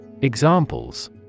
Examples